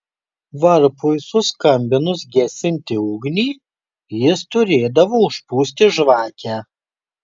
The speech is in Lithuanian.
varpui suskambinus gesinti ugnį jis turėdavo užpūsti žvakę